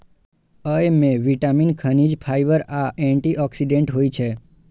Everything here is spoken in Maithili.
अय मे विटामिन, खनिज, फाइबर आ एंटी ऑक्सीडेंट होइ छै